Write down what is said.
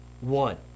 One